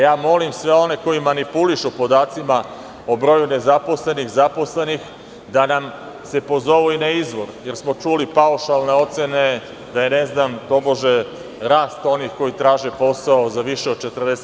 Ja molim sve one koji manipulišu podacima o broju nezaposlenih, zaposlenih, da nam se pozovu i na izvor, jer smo čuli paušalne ocene da je tobože rast onih koji traže posao za više od 40.